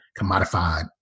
commodified